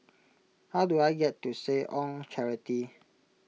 how do I get to Seh Ong Charity